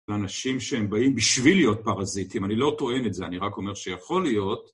לאנשים שהם באים בשביל להיות פרזיטים, אני לא טוען את זה, אני רק אומר שיכול להיות.